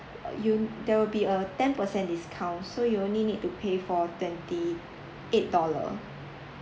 uh you there will be a ten per cent discount so you only need to pay for twenty-eight dollars